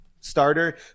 starter